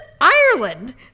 ireland